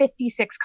56